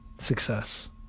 success